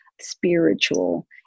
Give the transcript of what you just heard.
spiritual